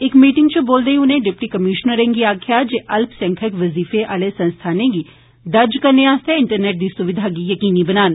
इक मीटिंग च बोलदे होई उनें डिप्टी कमीश्नरें गी आक्खेआ जे अल्पसंख्यक बजीफें आह्ले संस्थानें गी दर्ज करने आस्तै इंटरनेट दी सुविधा गी यकीनी बनान